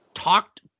talked